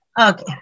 Okay